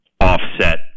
offset